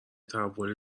تحول